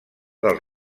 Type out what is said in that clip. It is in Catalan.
del